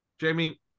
jamie